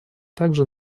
также